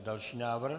Další návrh.